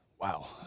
Wow